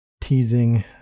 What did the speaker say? teasing